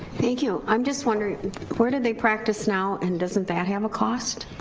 thank you. i'm just wondering where do they practice now and doesn't that have a cost?